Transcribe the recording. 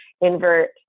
invert